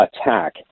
attack